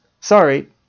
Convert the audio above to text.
sorry